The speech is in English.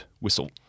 whistle